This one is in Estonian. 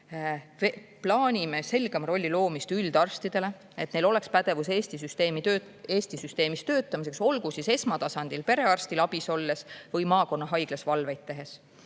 Plaanime selgema rolli loomist üldarstidele, et neil oleks pädevus Eesti süsteemis töötamiseks, olgu siis esmatasandil perearstil abis olles või maakonnahaiglas valveid tehes.